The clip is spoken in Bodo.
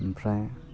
आमफ्राय